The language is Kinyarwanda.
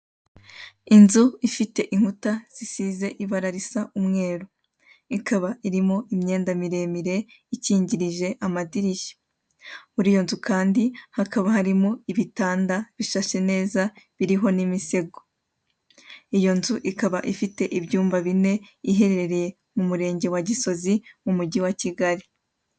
Inzu ifite inkuta zisize ibara risa umweru, ikaba irimo imyenda miremire ikingirije amadirishya, muri iyo nzu kandi hakaba harimo ibitanda bishashe neza biriho n'imisego, iyo nzu ikaba ifite ibyumba bine, iherereye mu murenge wa Gisozi mu mugi wa Kigali.